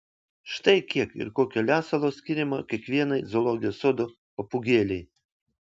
štai kiek ir kokio lesalo skiriama kiekvienai zoologijos sodo papūgėlei